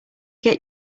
get